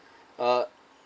uh